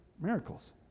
miracles